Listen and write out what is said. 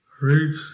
reach